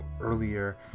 earlier